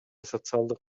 социалдык